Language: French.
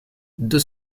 deux